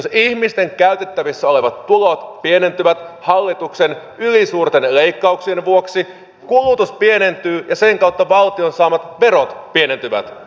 jos ihmisten käytettävissä olevat tulot pienentyvät hallituksen ylisuurten leikkauksien vuoksi kulutus pienentyy ja sen kautta valtion saamat verot pienentyvät